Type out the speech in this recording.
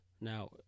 now